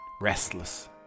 Restless